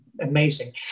Amazing